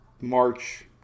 March